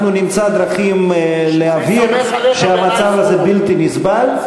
נמצא דרכים להבהיר שהמצב הזה בלתי נסבל,